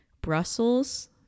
Brussels